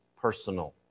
personal